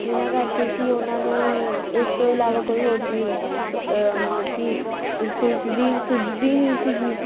ਜਿਨ੍ਹਾਂ ਕਰਕੇ ਕਿ ਉਹਨਾਂ ਨੂੰ ਇਸ ਤੋਂ ਇਲਾਵਾ ਕੋਈ ਹੋਰ ਚੀਜ਼ ਮਤਲਬ ਕਿ ਸੋਚਦੀ ਸੁੱਝਦੀ ਨਹੀਂ ਸੀਗੀ